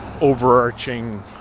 overarching